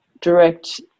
direct